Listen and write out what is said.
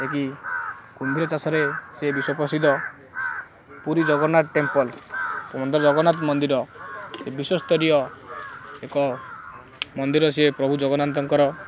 କୁମ୍ଭୀର ଚାଷରେ ସେ ବିଶ୍ୱପ୍ରସିଦ୍ଧ ପୁରୀ ଜଗନ୍ନାଥ ଟେମ୍ପୁଲ୍ ଜଗନ୍ନାଥ ମନ୍ଦିର ବିଶ୍ୱସ୍ତରୀୟ ଏକ ମନ୍ଦିର ସିଏ ପ୍ରଭୁ ଜଗନ୍ନାଥଙ୍କର